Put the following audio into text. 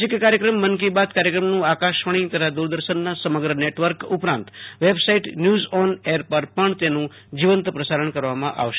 માસિક કાર્યક્રમ મન કી બાત કાર્યક્રમનું આકાશવાણી તથા દૂરદર્શનના સમગ્ર નેટવર્ક ઉપરાંત વેબસાઈટ ન્યૂઝઓન એર પર પણ તેનું જીવંત પ્રસારણ કરવામાં આવશે